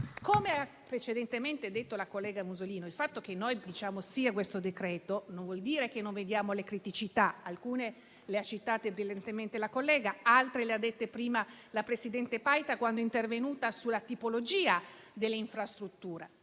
Come ha precedentemente detto la collega Musolino, il fatto che noi diciamo sì a questo decreto, non vuol dire che non vediamo le criticità. Alcune le ha citate precedentemente la collega Musolino; altre le ha riportate prima la presidente Paita quando è intervenuta sulla tipologia delle infrastrutture.